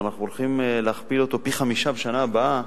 ואנחנו הולכים להגדיל אותו פי-חמישה בשנה הבאה,